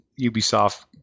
Ubisoft